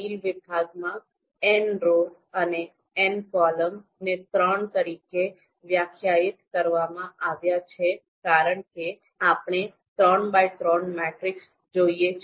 દલીલ વિભાગમાં nrow અને ncol ને ત્રણ તરીકે વ્યાખ્યાયિત કરવામાં આવ્યા છે કારણ કે આપણને ૩x૩ મેટ્રિક્સ જોઈએ છે